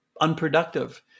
unproductive